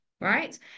right